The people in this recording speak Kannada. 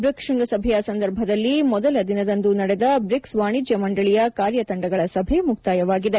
ಬ್ರಿಕ್ಸ್ ಶೃಂಗಸಭೆಯ ಸಂದರ್ಭದಲ್ಲಿ ಮೊದಲ ದಿನದಂದು ನಡೆದ ಬ್ರಿಕ್ಸ್ ವಾಣಿಜ್ಯ ಮಂದಳಿಯ ಕಾರ್ಯ ತಂಡಗಳ ಸಭೆ ಮುಕ್ತಾಯವಾಗಿದೆ